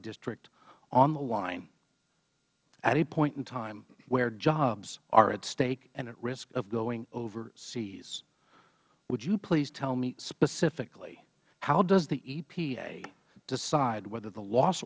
district on the line at a point in time where jobs are at stake and at risk of going overseas would you please tell me specifically how does the epa decide whether the loss